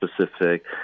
specific